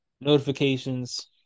notifications